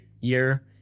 year